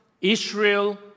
Israel